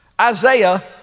Isaiah